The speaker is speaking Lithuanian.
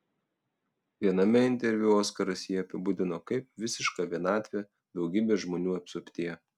viename interviu oskaras jį apibūdino kaip visišką vienatvę daugybės žmonių apsuptyje